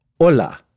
Hola